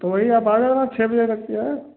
तो वही आप आ जाना छः बजे तक की अएं